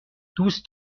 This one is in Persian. دوست